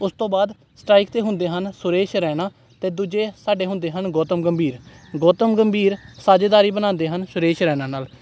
ਉਸ ਤੋਂ ਬਾਅਦ ਸਟਰਾਈਕ 'ਤੇ ਹੁੰਦੇ ਹਨ ਸੁਰੇਸ਼ ਰੈਨਾ ਅਤੇ ਦੂਜੇ ਸਾਡੇ ਹੁੰਦੇ ਹਨ ਗੋਤਮ ਗੰਭੀਰ ਗੋਤਮ ਗੰਭੀਰ ਸਾਝੇਦਾਰੀ ਬਣਾਉਂਦੇ ਹਨ ਸੁਰੇਸ ਰੈਨਾ ਨਾਲ